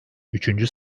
üçüncü